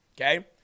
Okay